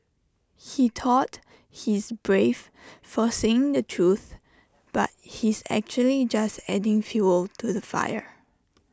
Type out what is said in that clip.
he thought he's brave for saying the truth but he's actually just adding fuel to the fire